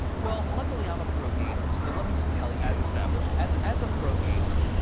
well, luckily, i'm a pro gamer. so let me just tell you as established. as as a pro gamer,